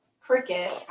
cricket